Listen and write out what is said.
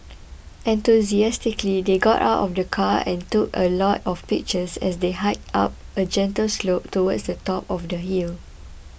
enthusiastically they got out of the car and took a lot of pictures as they hiked up a gentle slope towards the top of the hill